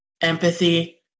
Empathy